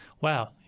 Wow